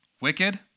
wicked